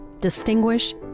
Distinguish